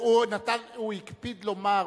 הוא הקפיד לומר.